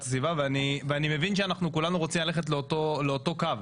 הסביבה ואני מבין שאנחנו כולנו רוצים ללכת לאותו קו,